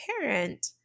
parent